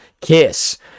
kiss